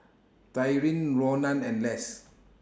Tyrin Ronan and Less